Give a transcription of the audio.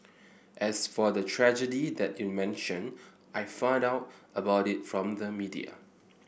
as for the tragedy that you mentioned I found out about it from the media